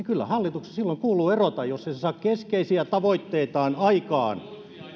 kyllä hallituksen silloin kuuluu erota jos ei se saa keskeisiä tavoitteitaan aikaan